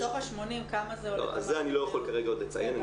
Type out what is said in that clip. מתוך ה-80 כמה זה --- זה אני לא יכול כרגע עוד לציין.